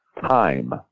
time